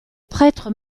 prêtre